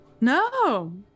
no